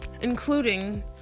including